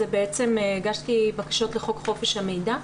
אני הגשתי בקשות לפי חוק חופש המידע.